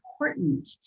important